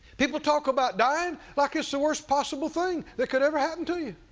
people talk about dying like it's the worst possible thing that can ever happen to you.